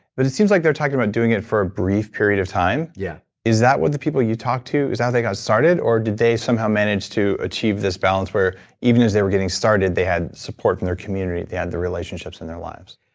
but it seems like they're talking about doing it for a brief period of time yeah is that what the people you talked to, is that how they got started or did they somehow manage to achieve this balance where even as they were getting started, they had support from their community, they had the relationships in their lives?